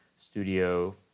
studio